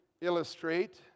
illustrate